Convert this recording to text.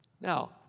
Now